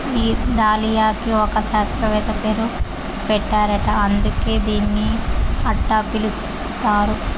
ఈ దాలియాకి ఒక శాస్త్రవేత్త పేరు పెట్టారట అందుకే దీన్ని అట్టా పిలుస్తారు